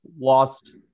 lost